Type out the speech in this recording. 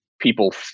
people